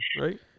Right